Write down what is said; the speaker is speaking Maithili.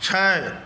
छओ